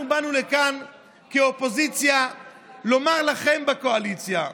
אנחנו באנו לכאן כאופוזיציה לומר לכם, בקואליציה: